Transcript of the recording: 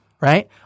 Right